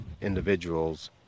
individuals